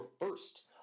first